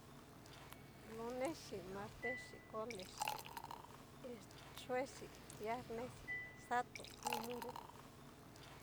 Lonexi, martexi, kolexi, juexi, guiarnexi, sato, nrumungu.